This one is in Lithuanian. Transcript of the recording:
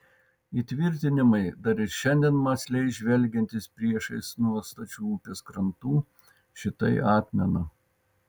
įtvirtinimai dar ir šiandien mąsliai žvelgiantys priešais nuo stačių upės krantų šitai atmena